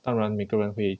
当然每个人会